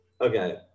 Okay